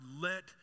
let